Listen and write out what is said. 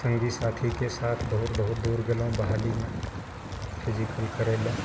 सङ्गी साथीके साथ बहुत बहुत दूर गेलहुँ बहालीमे फिजिकल करै लए